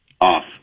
Off